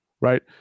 Right